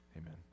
Amen